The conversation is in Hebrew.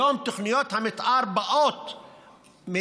היום תוכניות המתאר מתעכבות,